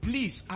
Please